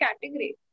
category